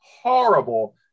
horrible